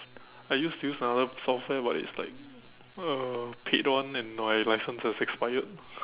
I used to use another software but it's like a paid one and my license has expired